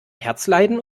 herzleiden